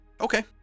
Okay